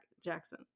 Jackson